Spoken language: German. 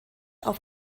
auf